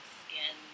skin